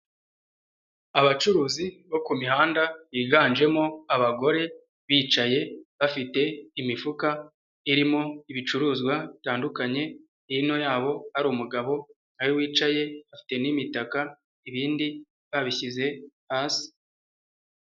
Abacuruzi bo ku mihanda biganjemo abagore bicaye bafite imifuka irimo ibicuruzwa bitandukanye, hino yabo hari umugabo na we wicaye bafite n'imitaka ibindi babishyize hasi.